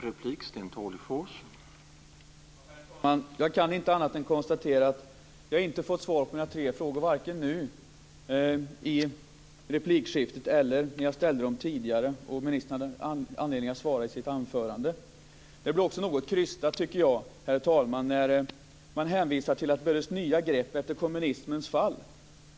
Herr talman! Jag kan inte annat än konstatera att jag inte har fått svar på mina tre frågor, varken nu i replikskiftet eller efter att jag ställt dem tidigare och ministern hade möjlighet att svara i sitt anförande. Det blir något krystat, herr talman, när man hänvisar till att det behövs nya grepp efter frigörelsen och kommunismens fall.